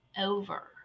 over